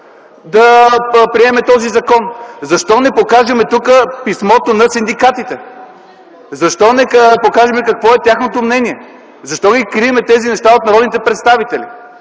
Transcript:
да приемем този закон. Защо не покажем тук писмото на синдикатите? Защо не покажем какво е тяхното мнение? Защо крием тези неща от народните представители?